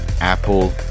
Apple